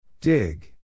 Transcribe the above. Dig